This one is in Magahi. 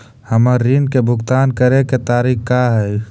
हमर ऋण के भुगतान करे के तारीख का हई?